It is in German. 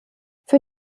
für